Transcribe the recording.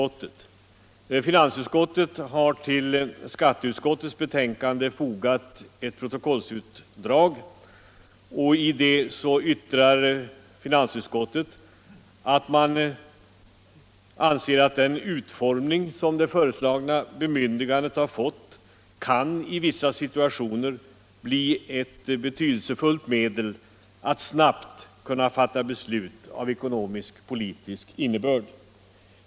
Till skatteutskottets betänkande har fogats ett protokollsutdrag från finansutskottet, i vilket utskottet uttalar att det anser att den utformning, som det föreslagna bemyndigandet har fått, i vissa situationer kan bli ett betydelsefullt medel att snabbt fatta beslut av ekonomisk-politisk innebörd.